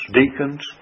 deacons